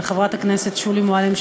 וחברת הכנסת שולי מועלם,